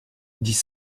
dix